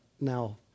Now